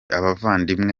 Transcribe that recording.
abavandimwe